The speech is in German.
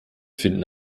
finden